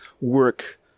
work